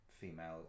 female